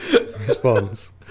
...response